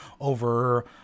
over